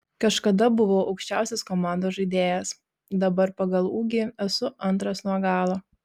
kažkada buvau aukščiausias komandos žaidėjas dabar pagal ūgį esu antras nuo galo